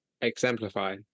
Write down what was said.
exemplify